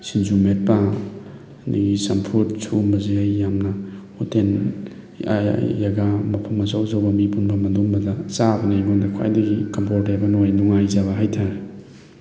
ꯁꯤꯡꯖꯨ ꯃꯦꯠꯄ ꯑꯗꯒꯤ ꯆꯝꯐꯨꯠ ꯁꯨꯒꯨꯝꯕꯁꯦ ꯑꯩ ꯌꯥꯝꯅ ꯍꯣꯇꯦꯜ ꯖꯒꯥ ꯃꯐꯝ ꯑꯆꯧ ꯑꯆꯧꯕ ꯃꯤ ꯄꯨꯟꯐꯝ ꯑꯗꯨꯒꯨꯝꯕꯗ ꯆꯥꯛꯅ ꯑꯩꯉꯣꯟꯗ ꯈ꯭ꯋꯥꯏꯗꯒꯤ ꯀꯝꯐꯣꯔꯇꯦꯕꯜ ꯑꯣꯏ ꯅꯨꯡꯉꯥꯏꯖꯕ ꯍꯥꯏꯇꯥꯔꯦ